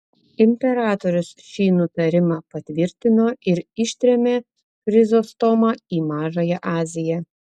imperatorius šį nutarimą patvirtino ir ištrėmė chrizostomą į mažąją aziją